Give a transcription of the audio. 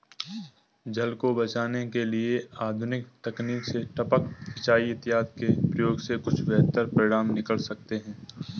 जल को बचाने के लिए आधुनिक तकनीक से टपक सिंचाई इत्यादि के प्रयोग से कुछ बेहतर परिणाम निकल सकते हैं